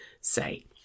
say